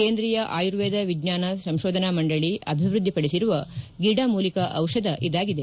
ಕೇಂದ್ರೀಯ ಆರ್ಯುವೇದ ವಿಜ್ಞಾನ ಸಂತೋಧನಾ ಮಂಡಳ ಅಭಿವೃದ್ಧಿ ಪಡಿಸಿರುವ ಗಿಡಮೂಲಿಕಾ ಔಷಧ ಇದಾಗಿದೆ